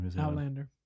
Outlander